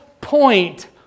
point